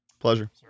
Pleasure